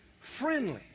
friendly